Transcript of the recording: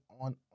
on